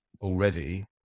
already